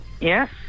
Yes